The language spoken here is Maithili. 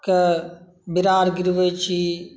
क विरार गिरबै छी